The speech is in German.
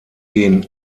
den